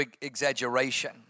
exaggeration